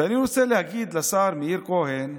ואני רוצה להגיד לשר מאיר כהן: